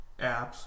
apps